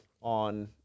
on